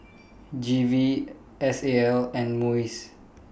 G V S A L and Muis